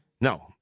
No